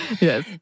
Yes